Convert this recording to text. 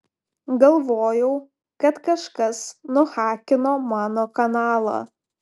galvojau kad kažkas nuhakino mano kanalą